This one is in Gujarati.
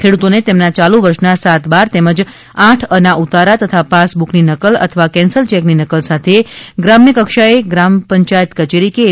ખેડૂતોને તેમના ચાલુ વર્ષના સાત બાર તેમજ આઠ અ ના ઉતારા તથા પાસબુકની નકલ અથવા કેન્સલ ચેકની નકલ સાથે ગ્રામ્ય કક્ષાએ ગ્રામ પંચાયત કચેરી કે એ